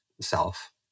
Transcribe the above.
self